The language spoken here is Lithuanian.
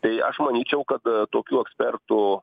tai aš manyčiau kad tokių ekspertų